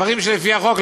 דברים לפי החוק.